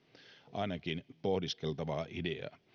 ainakin pohdiskeltavaa ideaa